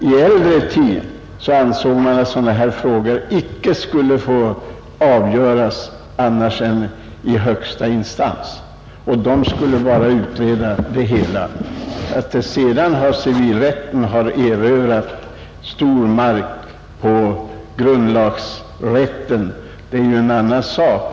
I äldre tider ansåg man att sådana här frågor icke skulle få avgöras annat än i högsta instans och att bara denna skulle få utreda det hela. Att sedan civilrätten har erövrat stor mark från grundlagsrätten är en annan sak.